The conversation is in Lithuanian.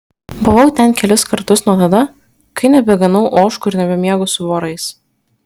buvau ten kelis kartus nuo tada kai nebeganau ožkų ir nebemiegu su vorais